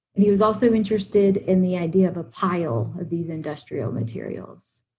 and he was also interested in the idea of a pile of these industrial materials.